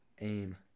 Aim